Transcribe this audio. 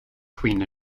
queen